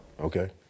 Okay